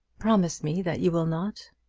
promise me that you will not.